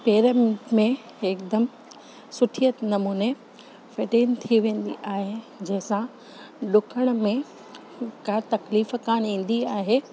पेरनि में हिकदमि सुठीअ नमूने फिटिन थी वेंदी आहे जंहिंसां डुकण में का तकलीफ़ कोन्ह ईंदी अहे